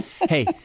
hey